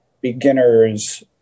beginners